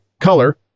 color